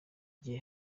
gihe